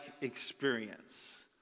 experience